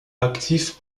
actifs